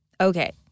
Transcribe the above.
Okay